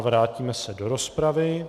Vrátíme se do rozpravy.